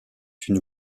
une